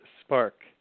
spark